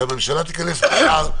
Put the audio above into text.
שהממשלה תתכנס מחר,